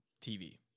TV